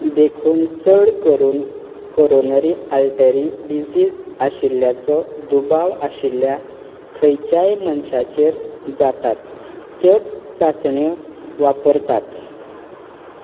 देखून चड करून कोरोनरी आल्टेरी डिजीज आशिल्ल्याचो दुबाव आशिल्ल्या खंयच्याय मनशाचेर जातात त्यो चाचण्यो वापरतात